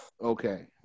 Okay